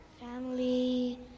Family